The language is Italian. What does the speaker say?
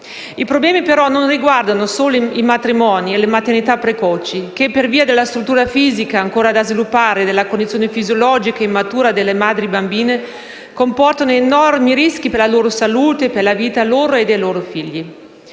I problemi però non riguardano solo i matrimoni e le maternità precoci, che, per via della struttura fisica ancora da sviluppare e della condizione fisiologica immatura delle madri bambine, comportano enormi rischi per la loro salute e per la vita loro e dei loro figli.